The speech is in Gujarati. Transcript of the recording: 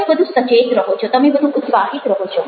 તમે વધુ સચેત રહો છો તમે વધુ ઉત્સાહિત રહો છો